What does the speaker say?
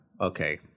Okay